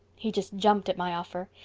he just jumped at my offer.